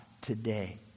today